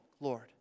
Lord